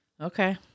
Okay